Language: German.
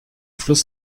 fluss